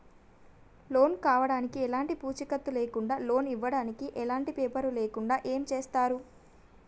Loan కావడానికి ఎలాంటి పూచీకత్తు లేకుండా లోన్ ఇవ్వడానికి ఎలాంటి పేపర్లు లేకుండా ఏం చేస్తారు?